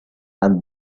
and